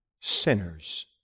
sinners